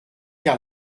car